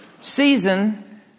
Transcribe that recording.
season